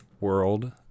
world